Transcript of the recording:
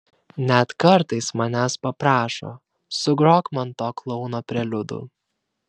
net kartais manęs paprašo sugrok man to klouno preliudų